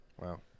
Wow